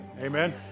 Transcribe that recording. Amen